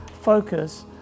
focus